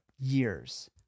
Years